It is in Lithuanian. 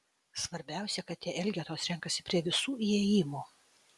svarbiausia kad tie elgetos renkasi prie visų įėjimų